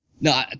No